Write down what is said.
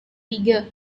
tiga